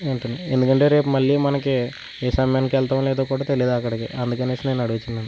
ఉంటాను ఎందుకంటే రేపు మళ్ళీ మనకి ఏ సమయానికి వెళ్తామొ లేదో కూడా తెలియదు అక్కడకి అందుకనేసే నేను అడుగుతున్నాను